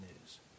news